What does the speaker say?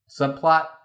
subplot